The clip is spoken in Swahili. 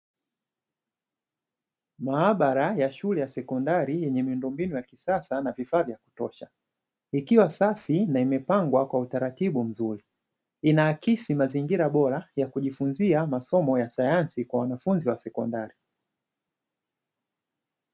Maabara ya shule ya sekondari yenye miundombinu ya kisasa na vifaa vya kutosha. Ikiwa safi na imepangwa kwa utaratibu mzuri. Inaakisi mazingira bora ya kujifunzia masomo ya sayansi, kwa wanafunzi wa sekondari.